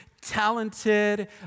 talented